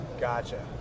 Gotcha